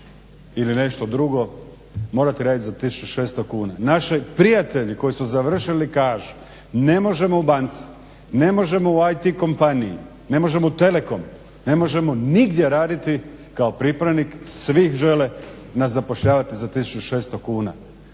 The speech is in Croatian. ili nešto drugo morati raditi za 1600 kuna. Naši prijatelji koji su završili kažu ne možemo u banci, ne možemo u IT kompaniji, ne možemo u Telekom, ne možemo nigdje raditi kao pripravnik. Svi žele nas zapošljavati za 1600 kuna.